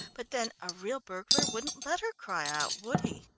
but then a real burglar wouldn't let her cry out, would he?